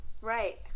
right